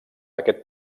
aquest